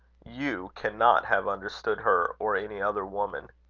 you cannot have understood her or any other woman.